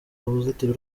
uruzitiro